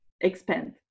expand